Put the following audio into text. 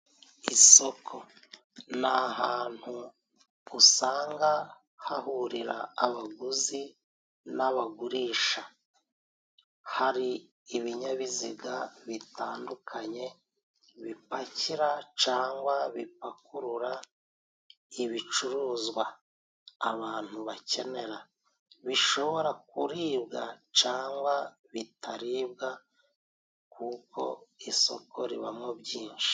Isoko ni hantu usanga hahurira abaguzi nabagurisha, hari ibinyabiziga bitandukanye bipakira cangwa bipakurura ibicuruzwa abantu bakenera bishobora kuribwa cangwa bitaribwa kuko isoko ribamo byinshi.